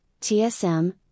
TSM